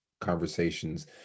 conversations